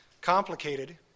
complicated